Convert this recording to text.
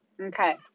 Okay